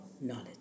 knowledge